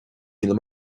míle